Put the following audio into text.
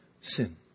sin